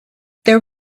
there